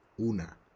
una